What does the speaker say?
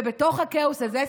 ובתוך הכאוס הזה,